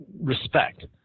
respect